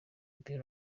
mupira